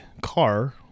car